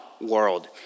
world